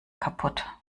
kaputt